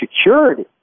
security